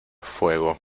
fuego